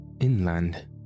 Inland